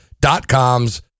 dot-coms